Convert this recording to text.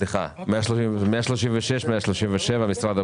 מאיפה מגיע הכסף?